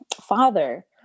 father